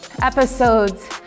episodes